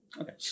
Okay